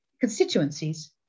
constituencies